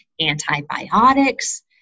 antibiotics